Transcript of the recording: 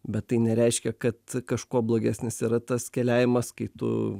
bet tai nereiškia kad kažkuo blogesnis yra tas keliavimas kai tu